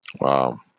wow